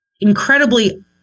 incredibly